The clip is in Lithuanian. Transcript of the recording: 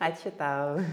ačiū tau